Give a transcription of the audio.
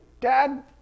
dad